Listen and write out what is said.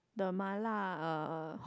the Mala uh hot